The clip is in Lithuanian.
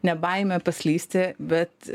ne baimę paslysti bet